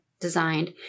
designed